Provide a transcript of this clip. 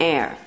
Air